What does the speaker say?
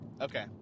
Okay